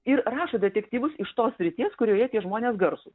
ir rašo detektyvus iš tos srities kurioje tie žmonės garsūs